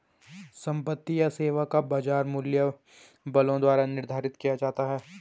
संपत्ति या सेवा का बाजार मूल्य बलों द्वारा निर्धारित किया जाता है